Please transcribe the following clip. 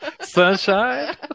Sunshine